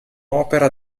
opera